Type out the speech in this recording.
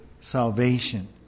salvation